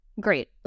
Great